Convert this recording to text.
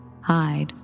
hide